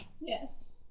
Yes